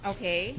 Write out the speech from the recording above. Okay